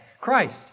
Christ